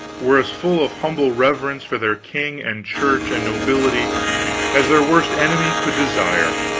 were as full of humble reverence for their king and church and nobility as their worst enemy could desire.